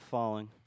Falling